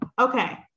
Okay